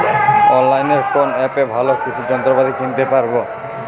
অনলাইনের কোন অ্যাপে ভালো কৃষির যন্ত্রপাতি কিনতে পারবো?